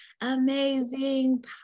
amazing